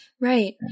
Right